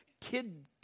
Kid